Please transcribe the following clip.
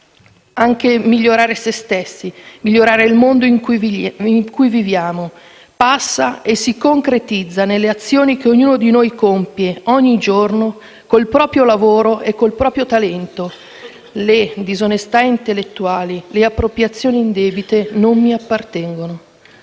perché migliorare se stessi e il mondo in cui viviamo passa e si concretizza nelle azioni che ognuno di noi compie ogni giorno, con il proprio lavoro e con il proprio talento. Le disonestà intellettuali, le appropriazioni indebite non mi appartengono.